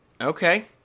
Okay